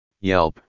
Yelp